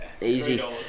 easy